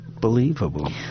believable